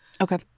okay